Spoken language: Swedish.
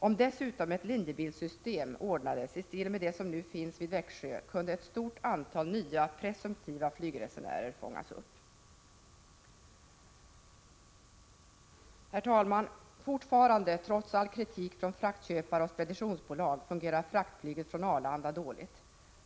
Om dessutom ett linjebilssystem ordnades i stil med det som nu finns vid Växjö, kunde ett stort antal nya presumtiva flygresenärer fångas upp. Herr talman! Fortfarande, trots all kritik från fraktköpare och speditionsbolag, fungerar fraktflyget från Arlanda dåligt.